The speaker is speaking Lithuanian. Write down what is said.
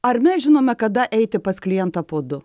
ar mes žinome kada eiti pas klientą po du